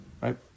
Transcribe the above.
Right